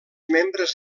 membres